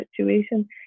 situation